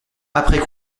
après